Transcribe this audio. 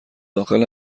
داخل